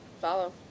follow